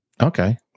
Okay